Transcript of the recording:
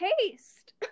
taste